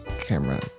camera